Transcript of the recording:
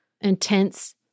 intense